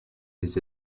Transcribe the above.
des